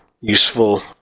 useful